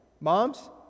Moms